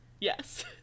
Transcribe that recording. Yes